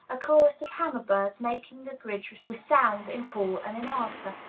a chorus of hammer-birds making the bridge resound in call and in answer,